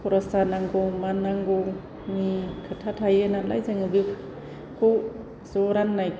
खरस जानांगौ मानांगौनि खोथा थायो नालाय जोंङो बेखौ ज' रानलायनानै